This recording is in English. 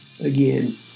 Again